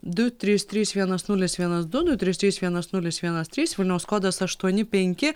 du trys trys vienas nulis vienas du du trys trys vienas nulis vienas trys vilniaus kodas aštuoni penki